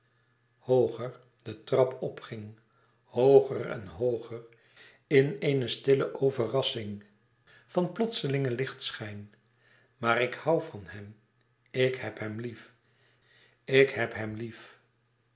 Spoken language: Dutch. hooger de trap op ging hooger en hooger in eene stille overrassing van plotselingen lichtschijn maar ik hoû van hem ik heb hem lief ik heb hem lief